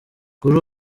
kuri